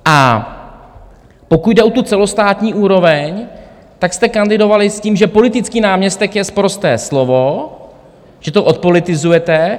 A pokud jde o tu celostátní úroveň, tak jste kandidovali s tím, že politický náměstek je sprosté slovo, že to odpolitizujete.